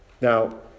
Now